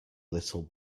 little